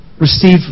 Receive